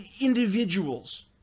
individuals